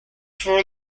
for